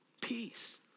peace